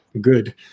good